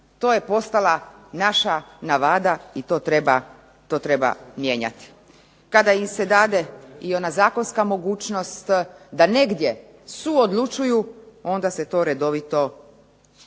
To je postala naša navada i to treba mijenjati. Kada im se dade i ona zakonska mogućnost da negdje suodlučuju, onda se to redovito zaboravi.